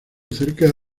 cerca